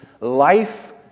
Life